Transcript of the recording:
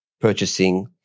purchasing